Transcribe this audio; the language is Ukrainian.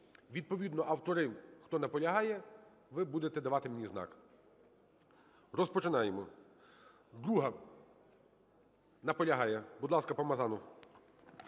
Відповідно автори, хто наполягає, ви будете давати мені знак. Розпочинаємо. 2-а. Наполягає. Будь ласка, Помазанов.